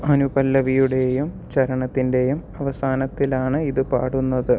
അനു പല്ലവിയുടെയും ചരണത്തിൻ്റെയും അവസാനത്തിലാണ് ഇത് പാടുന്നത്